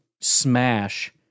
smash